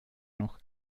noch